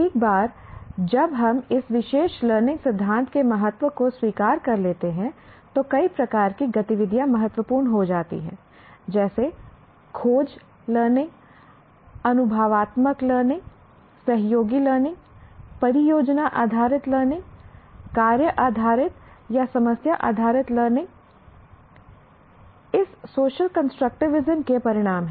एक बार जब हम इस विशेष लर्निंग सिद्धांत के महत्व को स्वीकार कर लेते हैं तो कई प्रकार की गतिविधियां महत्वपूर्ण हो जाती हैं जैसे खोज लर्निंग अनुभवात्मक लर्निंग सहयोगी लर्निंग परियोजना आधारित लर्निंग कार्य आधारित या समस्या आधारित लर्निंग इस सोशल कंस्ट्रक्टिविज्म के परिणाम हैं